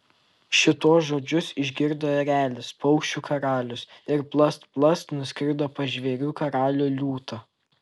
šituos žodžius išgirdo erelis paukščių karalius ir plast plast nuskrido pas žvėrių karalių liūtą